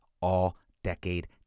all-decade